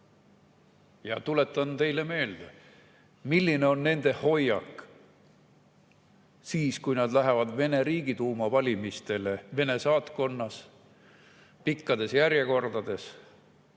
Ma tuletan teile meelde, milline on nende hoiak siis, kui nad lähevad Vene Riigiduuma valimistele Vene saatkonnas, [seistes] pikkades järjekordades.